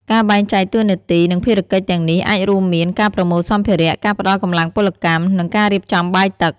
ការបែងចែកតួនាទី និងភារកិច្ចទាំងនេះអាចរួមមាន ការប្រមូលសម្ភារៈ ការផ្តល់កម្លាំងពលកម្ម និងការរៀបចំបាយទឹក។